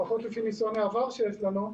לפחות לפי ניסיון העבר שיש לנו,